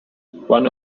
one